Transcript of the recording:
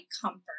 comfort